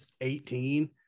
18